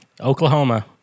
Oklahoma